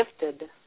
gifted